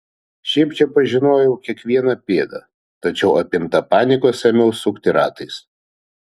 šiaip čia pažinojau kiekvieną pėdą tačiau apimta panikos ėmiau sukti ratais